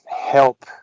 help